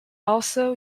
also